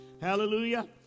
Hallelujah